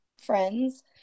friends